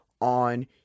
on